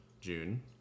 June